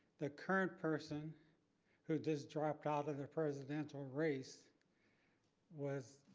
the current person who just dropped out of the presidential race was,